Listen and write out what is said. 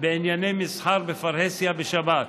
בענייני מסחר בפרהסיה בשבת.